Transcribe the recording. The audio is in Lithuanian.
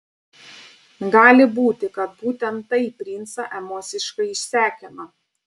gali būti kad būtent tai princą emociškai išsekino